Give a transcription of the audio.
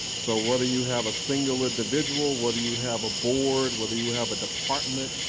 so whether you have a single individual, whether you have a board, whether you have a department,